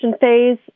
phase